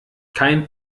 kein